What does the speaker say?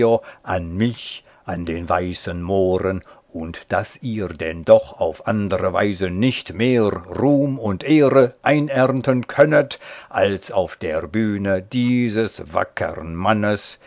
an mich an den weißen mohren und daß ihr denn doch auf andere weise nicht mehr ruhm und ehre einernten könnet als auf der bühne dieses wackern mannes